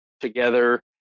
together